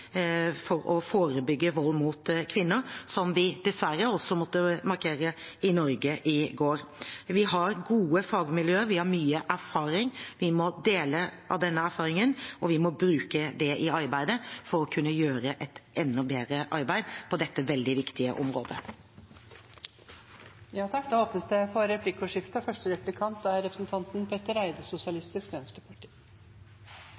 for å forebygge vold mot kvinner – som vi dessverre også måtte markere i Norge i går. Vi har gode fagmiljø, vi har mye erfaring. Vi må dele av denne erfaringen, og vi må bruke den for å kunne gjøre et enda bedre arbeid på dette veldig viktige området. Det blir replikkordskifte. Som jeg nevnte i mitt hovedinnlegg, har vi en situasjon i verden – heldigvis – der menneskerettighetene er